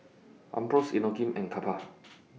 Ambros Inokim and Kappa